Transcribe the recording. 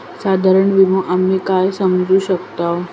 साधारण विमो आम्ही काय समजू शकतव?